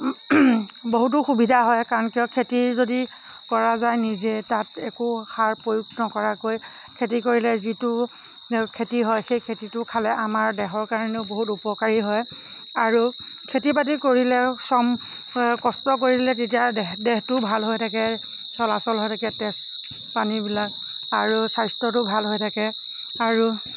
বহুতো সুবিধা হয় কাৰণ কিয় খেতি যদি কৰা যায় নিজে তাত একো সাৰ প্ৰয়োগ নকৰাকৈ খেতি কৰিলে যিটো খেতি হয় সেই খেতিটো খালে আমাৰ দেহৰ কাৰণেও বহুত উপকাৰী হয় আৰু খেতি বাতি কৰিলেও শ্ৰম কষ্ট কৰিলে তেতিয়া দেহ দেহটোও ভালে থাকে চলাচল হৈ থাকে তেজ পানীবিলাক আৰু স্বাস্থ্যটো ভাল হৈ থাকে আৰু